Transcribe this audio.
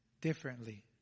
differently